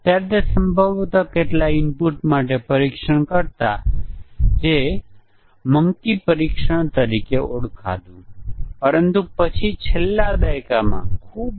આપણે કહ્યું હતું કે આ આપણને યુનિટ ટેસ્ટીંગ માં કોઈપણ સમસ્યાઓને અસરકારક રીતે ડિબગ કરવામાં મદદ કરે છે